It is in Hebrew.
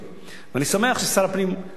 אני שמח ששר הפנים עשה את זה,